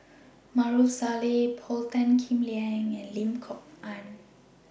Maarof Salleh Paul Tan Kim Liang and Lim Kok Ann